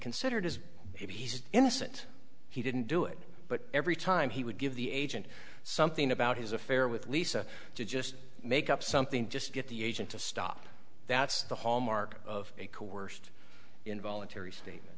considered is maybe he's innocent he didn't do it but every time he would give the agent something about his affair with lisa to just make up something just get the agent to stop that's the hallmark of a coerced involuntary statement